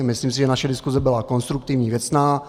Myslím si, že naše diskuse byla konstruktivní, věcná.